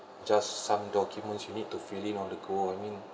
just some documents you need to fill in on the go I mean